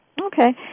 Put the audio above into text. Okay